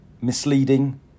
misleading